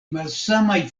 malsamaj